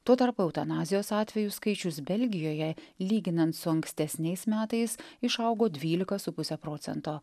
tuo tarpu eutanazijos atvejų skaičius belgijoje lyginant su ankstesniais metais išaugo dvylika su puse procento